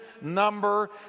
number